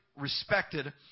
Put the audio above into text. respected